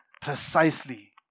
precisely